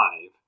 five